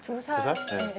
this has has to